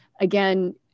again